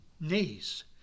knees